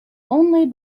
only